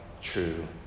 true